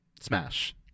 smash